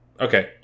Okay